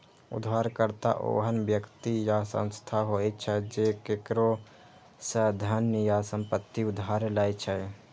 उधारकर्ता ओहन व्यक्ति या संस्था होइ छै, जे केकरो सं धन या संपत्ति उधार लै छै